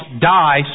die